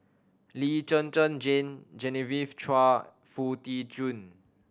Lee Zhen Zhen Jane Genevieve Chua Foo Tee Jun